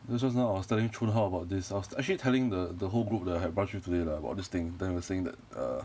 cause just now I was telling chun hao about this I was actually telling the the whole group that I had brunch with today lah about this thing then we were saying that err